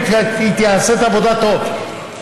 והיא תעשה את העבודה טוב,